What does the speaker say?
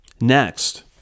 Next